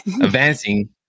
advancing